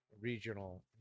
regional